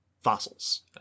fossils